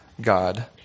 God